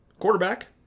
Quarterback